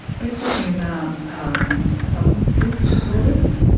were talking about um substance abuse disorders,